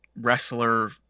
wrestler